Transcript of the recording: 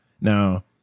Now